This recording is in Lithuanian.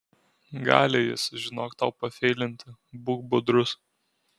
gali jis žinok tau pafeilinti būk budrus